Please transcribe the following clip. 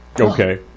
Okay